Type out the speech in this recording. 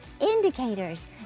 indicators